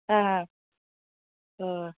आ हय